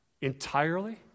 entirely